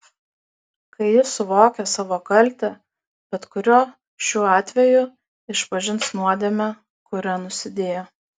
kai jis suvokia savo kaltę bet kuriuo šių atvejų išpažins nuodėmę kuria nusidėjo